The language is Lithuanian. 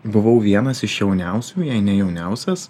buvau vienas iš jauniausių jei ne jauniausias